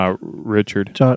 Richard